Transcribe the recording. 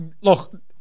look